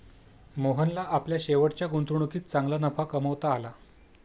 मोहनला आपल्या शेवटच्या गुंतवणुकीत चांगला नफा कमावता आला